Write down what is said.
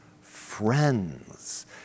friends